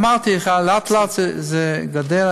אמרתי לך, לאט-לאט זה גדל.